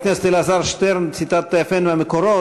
חבר הכנסת אלעזר שטרן, ציטטת יפה מהמקורות.